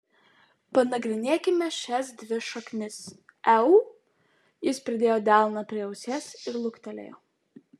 panagrinėkime šias dvi šaknis eu jis pridėjo delną prie ausies ir luktelėjo